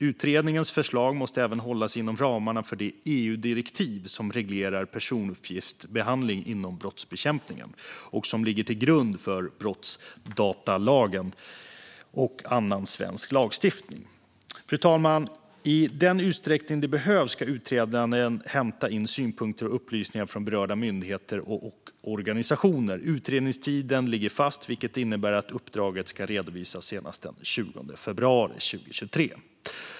Utredarens förslag måste även hålla sig inom ramarna för det EU-direktiv som reglerar personuppgiftsbehandling inom brottsbekämpningen och som ligger till grund för brottsdatalagen och annan svensk lagstiftning. Fru talman! I den utsträckning det behövs ska utredaren hämta in synpunkter och upplysningar från berörda myndigheter och organisationer. Utredningstiden ligger fast, vilket innebär att uppdraget ska redovisas senast den 20 februari 2023.